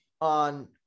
on